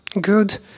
good